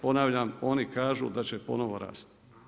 Ponavljam, oni kažu da će ponovno rasti.